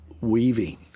weaving